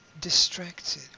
distracted